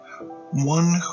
One